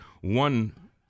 one